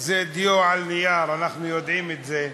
זה דיו על נייר, אנחנו יודעים את זה,